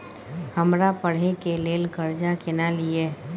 हमरा पढ़े के लेल कर्जा केना लिए?